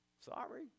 Sorry